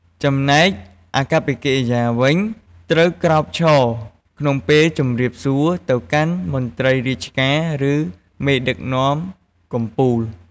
ចំណែកអាកប្បកិរិយាវិញ ត្រូវក្រោកឈរ ក្នុងពេលជម្រាបសួរទៅកាន់មន្រ្តីរាជការ ឫមេដឹកនាំកំពូល។